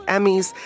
Emmys